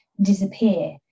disappear